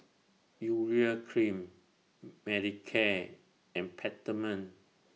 Urea Cream Manicare and Peptamen